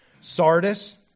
Sardis